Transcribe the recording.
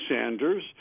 Sanders